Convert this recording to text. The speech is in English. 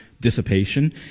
dissipation